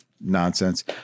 Nonsense